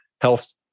health